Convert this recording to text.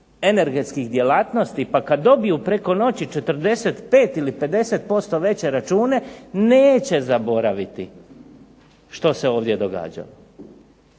energetskih djelatnosti pa kada dobiju preko noći 45 ili 50% veće račune neće zaboraviti što se ovdje događalo.